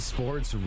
Sports